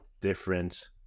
different